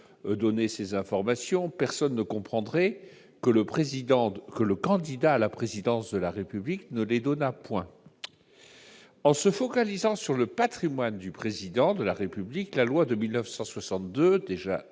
et aux ministres, personne ne comprendrait que le candidat à la présidence de la République ne les donnât point. En se focalisant sur le patrimoine du Président de la République, la loi de 1962, déjà